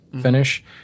finish